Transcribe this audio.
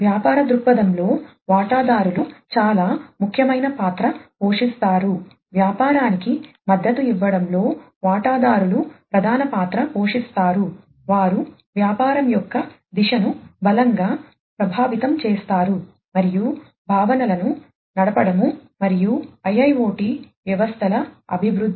వ్యాపార దృక్పథంలో వాటాదారులు చాలా ముఖ్యమైన పాత్ర పోషిస్తారు వ్యాపారానికి మద్దతు ఇవ్వడంలో వాటాదారులు ప్రధాన పాత్ర పోషిస్తారు వారు వ్యాపారం యొక్క దిశను బలంగా ప్రభావితం చేస్తారు మరియు భావనలలను నడపడము మరియు IIoT వ్యవస్థల అభివృద్ధి